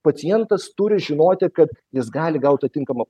pacientas turi žinoti kad jis gali gaut tą tinkamą